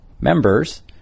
members